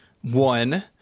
one